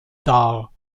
dar